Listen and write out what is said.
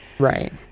Right